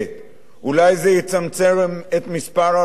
אולי זה יצמצם את מספר הרציחות,